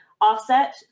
offset